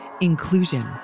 Inclusion